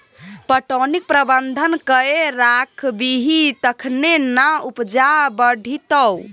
पटौनीक प्रबंधन कए राखबिही तखने ना उपजा बढ़ितौ